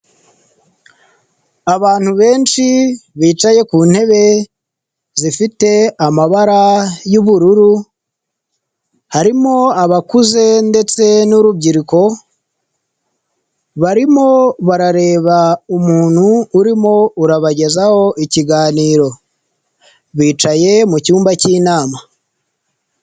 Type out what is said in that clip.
Abantu benshi bicaye ku ntebe zifite amabara y'ubururu harimo abakuze ndetse n'urubyiruko, barimo barareba umuntu urimo urabagezaho ikiganiro, bicaye mu cyumba cy'inama.